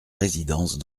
résidence